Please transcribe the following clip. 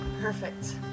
Perfect